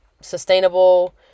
sustainable